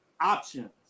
options